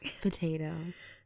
potatoes